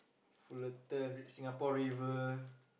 Fullerton Singapore-River